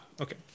okay